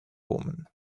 woman